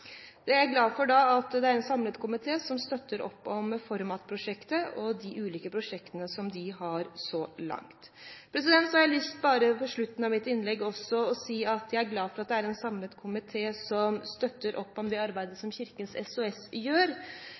er da glad for at det er en samlet komité som støtter opp om ForMat-prosjektet og de ulike prosjektene som de har så langt. Så har jeg bare lyst til på slutten av mitt innlegg også å si at jeg er glad for at det er en samlet komité som støtter opp om det arbeidet som Kirkens SOS gjør.